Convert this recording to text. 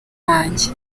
wanjye